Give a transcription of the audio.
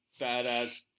badass